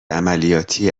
عملیاتی